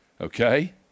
Okay